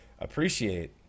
Appreciate